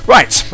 Right